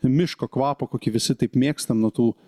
miško kvapo kokį visi taip mėgstam na tų